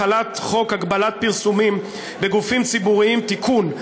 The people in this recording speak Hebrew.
החלת חוק הגבלת פרסומים (גופים ציבוריים) (תיקון,